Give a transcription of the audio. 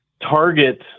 target